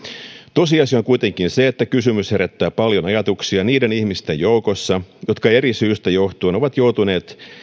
tosiasia on kuitenkin se että kysymys herättää paljon ajatuksia niiden ihmisten joukossa jotka eri syistä johtuen ovat joutuneet